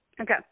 Okay